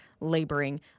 laboring